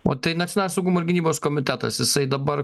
o tai nacionalinio saugumo ir gynybos komitetas jisai dabar